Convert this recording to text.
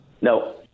No